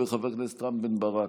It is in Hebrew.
חבר הכנסת רם בן ברק,